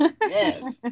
Yes